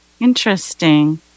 Interesting